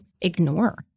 ignore